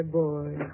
boy